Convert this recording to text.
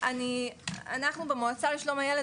אנחנו במועצה לשלום הילד,